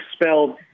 expelled